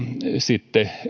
sitten